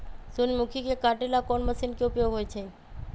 सूर्यमुखी के काटे ला कोंन मशीन के उपयोग होई छइ?